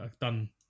done